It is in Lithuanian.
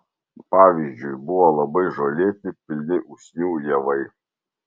pavyzdžiui buvo labai žolėti pilni usnių javai